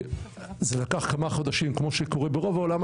שזה לקח כמה חודשים כמו שקורה ברוב העולם,